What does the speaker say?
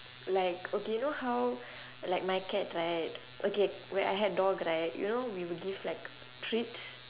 like okay you know how like my cat right okay when I had dog right you know we will give like treats